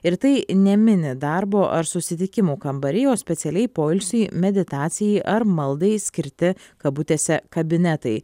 ir tai ne mini darbo ar susitikimų kambariai o specialiai poilsiui meditacijai ar maldai skirti kabutėse kabinetai